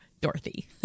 Dorothy